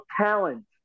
talent